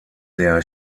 der